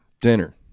dinner